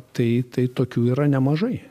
tai tai tokių yra nemažai